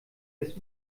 bis